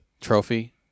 trophy